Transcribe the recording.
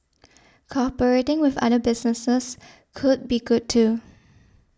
cooperating with other businesses could be good too